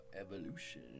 Evolution